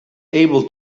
able